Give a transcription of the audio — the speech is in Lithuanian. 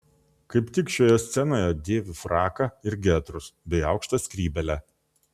kaip tik šioje scenoje dėviu fraką ir getrus bei aukštą skrybėlę